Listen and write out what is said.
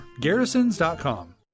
Garrisons.com